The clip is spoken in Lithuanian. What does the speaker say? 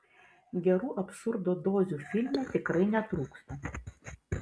gerų absurdo dozių filme tikrai netrūksta